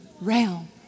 realm